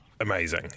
amazing